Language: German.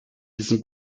diesem